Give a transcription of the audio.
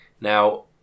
Now